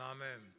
Amen